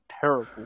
terrible